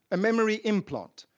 memory implant.